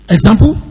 Example